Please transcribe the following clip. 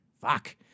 Fuck